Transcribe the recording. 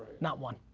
not one.